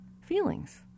feelings